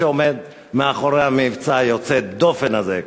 שעומד מאחורי המבצע היוצא-דופן הזה.